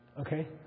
Okay